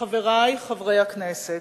חברי חברי הכנסת,